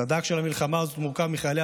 הסד"כ של המלחמה הזו מורכב מחיילי